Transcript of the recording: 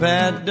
Bad